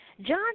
John